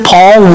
Paul